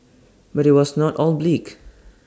but IT was not all bleak